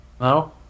No